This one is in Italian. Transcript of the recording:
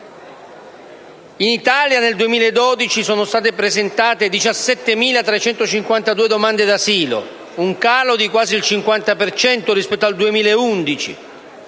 In Italia, nel 2012, sono state presentate 17.352 domande di asilo - con un calo di quasi il 50 per cento rispetto al 2011